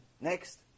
Next